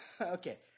Okay